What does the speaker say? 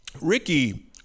Ricky